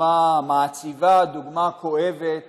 דוגמה מעציבה, דוגמה כואבת